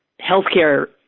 healthcare